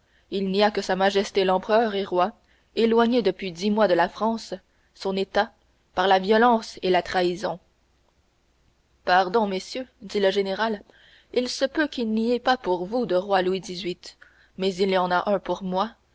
il n'y a que sa majesté l'empereur et roi éloigné depuis dix mois de la france son état par la violence et la trahison pardon messieurs dit le général il se peut qu'il n'y ait pas pour vous de roi louis xviii mais il y en a un pour moi